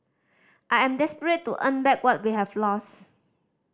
I am desperate to earn back what we have lost